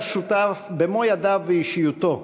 והיה שותף במו ידיו ואישיותו